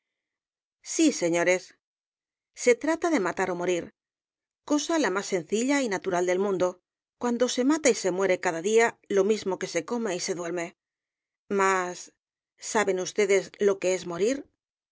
sí señores se trata de matar ó morir cosa la más sencilla y natural del mundo cuando se mata y se muere cada día lo mismo que se come y se duerme mas saben ustedes lo que es morir